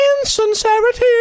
insincerity